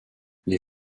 les